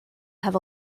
have